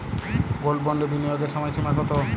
Gold বন্ডে বিনিয়োগের সময়সীমা কতো?